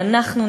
ואנחנו,